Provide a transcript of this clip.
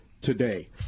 today